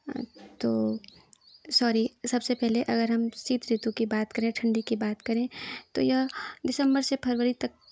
तो सॉरी सबसे पहले अगर हम शीत ऋतु की बात करें ठंडी की बात करें तो यह दिसंबर से फरवरी तक